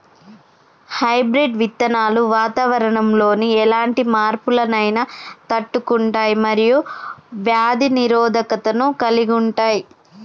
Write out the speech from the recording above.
hybrid విత్తనాలు వాతావరణంలోని ఎలాంటి మార్పులనైనా తట్టుకుంటయ్ మరియు వ్యాధి నిరోధకతను కలిగుంటయ్